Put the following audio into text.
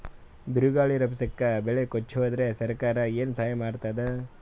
ಬಿರುಗಾಳಿ ರಭಸಕ್ಕೆ ಬೆಳೆ ಕೊಚ್ಚಿಹೋದರ ಸರಕಾರ ಏನು ಸಹಾಯ ಮಾಡತ್ತದ?